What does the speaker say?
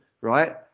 right